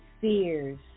fears